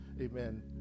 amen